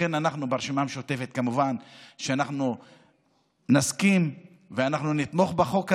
לכן אנחנו ברשימה המשותפת כמובן נסכים ונתמוך בחוק הזה,